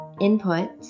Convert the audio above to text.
input